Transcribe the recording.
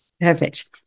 Perfect